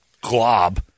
glob